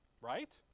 Right